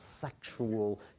sexual